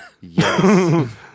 Yes